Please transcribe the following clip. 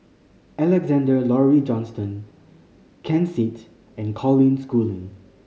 Alexander Laurie Johnston Ken Seet and Colin Schooling